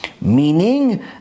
Meaning